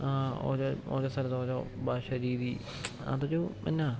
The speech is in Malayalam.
ഓരോ ഓരോ സ്ഥലത്ത് ഓരോ ഭാഷ രീതി അതൊരു പിന്നെ